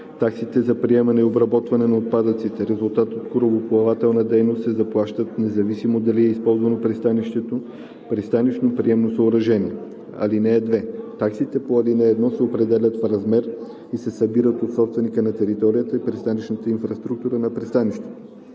Таксите за приемане и обработване на отпадъци – резултат от корабоплавателна дейност, се заплащат независимо дали е ползвано пристанищно приемно съоръжение. (2) Таксите по ал. 1 се определят по размер и се събират от собственика на територията и пристанищната инфраструктура на пристанището.“